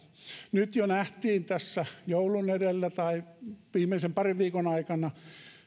nyt jo nähtiin tässä joulun edellä tai viimeisen parin viikon aikana